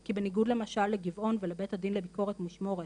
כי בניגוד למשל לגבעון ולבית הדין לביקורת המשמורת,